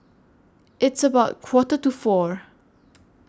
its about Quarter to four